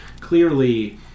clearly